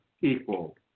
equal